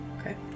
Okay